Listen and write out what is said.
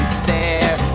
stare